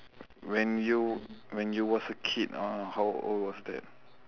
when you when you was a kid uh how old was that